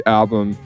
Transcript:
album